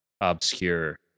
obscure